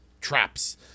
traps